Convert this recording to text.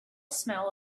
smell